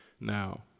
now